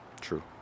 True